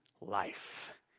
life